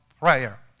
prayer